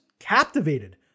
captivated